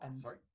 sorry